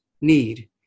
need